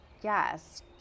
yes